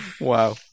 Wow